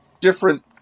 different